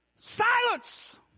Silence